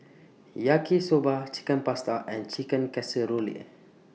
Yaki Soba Chicken Pasta and Chicken Casserole